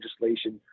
legislation